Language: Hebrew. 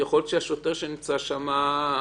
יכול להיות שהשוטר החשאי שנמצא שם מגזים,